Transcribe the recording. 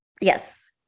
yes